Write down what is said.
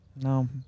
no